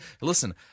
Listen